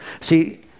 see